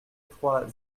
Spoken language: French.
trois